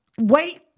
Wait